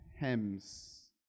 hems